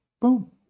Boom